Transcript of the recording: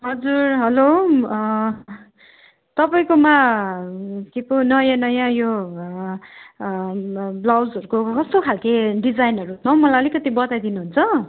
हजुर हेलो तपाईँकोमा के पो नयाँ नयाँ यो ब्लाउजहरूको कस्तो खालको डिजाइनहरू छ हौ मलाई अलिकति बताइदिनुहुन्छ